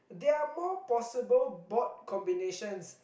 there are more possible board combinations